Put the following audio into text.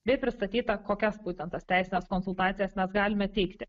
bei pristatyta kokias būtent tas teisines konsultacijas nes galime teigti